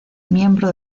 miembro